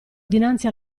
dinanzi